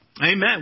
amen